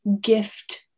gift